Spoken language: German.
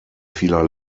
vieler